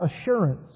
assurance